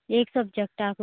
एक सबजेक्टाक